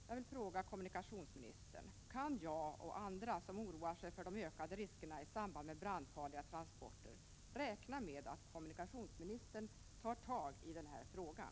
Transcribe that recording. Jag vill fråga kommunikationsministern: Kan jag och andra som oroar sig för de ökade riskerna i samband med brandfarliga transporter räkna med att kommunikationsministern tar tag i den här frågan?